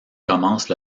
commencent